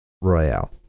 Royale